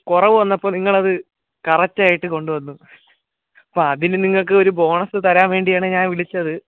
കുറവ് വന്നപ്പോൾ നിങ്ങൾ അത് കറക്റ്റ് ആയിട്ട് കൊണ്ടുവന്നു അപ്പം അതിന് നിങ്ങൾക്കൊരു ബോണസ് തരാൻ വേണ്ടിയാണ് ഞാൻ വിളിച്ചത്